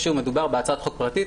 מדובר בהצעת חוק פרטית